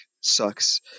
sucks